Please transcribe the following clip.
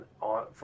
on